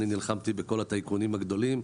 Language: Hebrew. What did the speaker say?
אני נלחמתי בכל הטייקונים הגדולים.